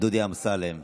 דודי אמסלם.